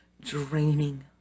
draining